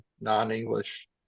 non-English